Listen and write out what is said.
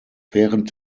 während